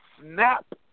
snap